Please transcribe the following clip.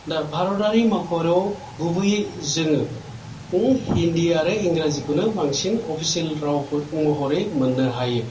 दा भारतआरि मावख'आव गुबैयै जोङो हिन्दी आरो इंग्राजिखौनो बांसिन अफिसेल रावखौ महरै मोन्नो हायो